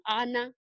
ana